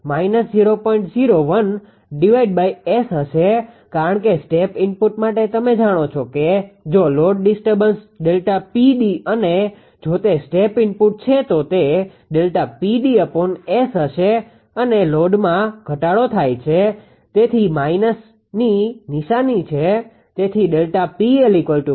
01𝑆 હશે કારણ કે સ્ટેપ ઇનપુટ માટે તમે જાણો છો કે જો લોડ ડિસ્ટર્બન્સ ΔPd અને જો તે સ્ટેપ ઇનપુટ છે તો તે ΔPd𝑆 હશે અને લોડમાં ઘટાડો થાય છે તેથી માઈનસની નિશાની છે